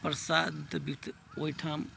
प्रसाद तऽ ओहिठाम